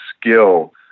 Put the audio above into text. skill